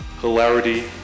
hilarity